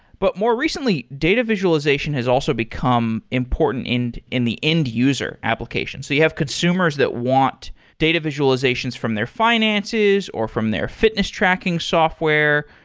but more recently, data visualization has also become important in in the end-user application. so you have consumers that want data visualizations from their finances, or from their fitness tracking software.